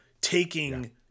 taking